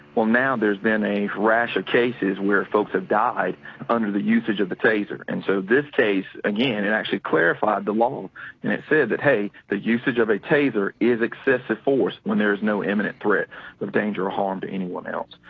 well, now there has been a rash of cases where folks have died under the usage of the taser. and so this case, again, it actually clarified the law um and it said that, hey, the usage of a taser is excessive force when there is no imminent threat of danger or harm to anyone else.